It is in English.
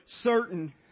certain